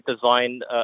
designed